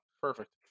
perfect